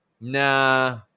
Nah